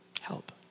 Help